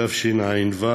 התשע"ו,